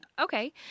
Okay